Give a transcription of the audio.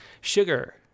Sugar